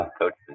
coaches